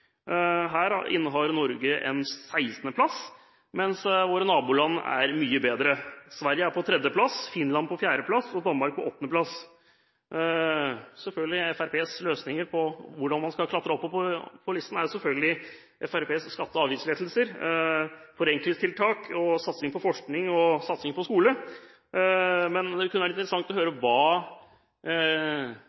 Her innehar Norge en 16. plass, mens våre naboland er mye bedre. Sverige er på tredje plass, Finland på fjerde plass og Danmark på åttende plass. Fremskrittspartiets løsninger for hvordan man skal klatre oppover på listene er selvfølgelig våre skatte- og avgiftslettelser, forenklingstiltak og satsing på forskning og skole. Men det kunne være interessant å høre hva